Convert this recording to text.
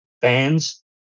fans